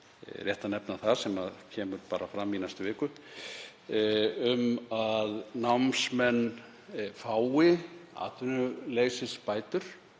rétt að nefna það, sem kemur fram í næstu viku um að námsmenn fái atvinnuleysisbætur,